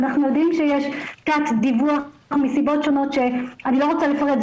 אנחנו יודעים שיש תת דיווח מסיבות שונות שאני לא רוצה לפרט,